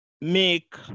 make